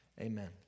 Amen